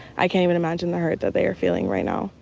i can't and imagine the hurt that they are feeling right now.